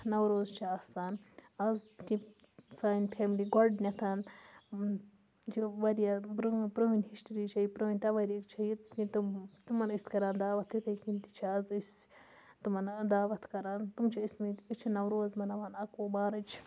نوروز چھِ آسان اَز تہِ سانہِ فیملی گۄڈٕنٮ۪تھ چھِ واریاہ پرٛٲ پرٛٲنۍ ہِسٹِرٛی چھےٚ یہِ پرٛٲنۍ توٲریٖخ چھےٚ یہِ یِتھ کٔنۍ تِم تِمَن ٲسۍ کَران دعوت تِتھَے کٔنۍ تہِ چھِ اَز أسۍ تِمَن دعوت کَران تِم چھِ ٲسمٕتۍ أسۍ چھِ نوروز مَناوان اَکہٕ وُہ مارٕچ